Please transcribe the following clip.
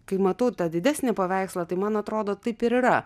kai matau tą didesnį paveikslą tai man atrodo taip ir yra